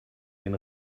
den